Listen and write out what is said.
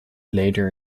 later